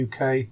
UK